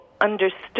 understood